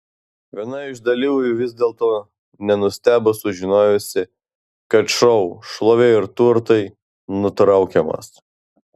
viena iš dalyvių vis dėlto nenustebo sužinojusi kad šou šlovė ir turtai nutraukiamas